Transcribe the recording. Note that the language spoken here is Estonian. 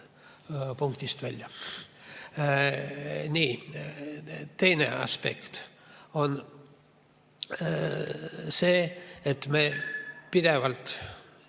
punktist välja. Nii, teine aspekt on see, et me pidevalt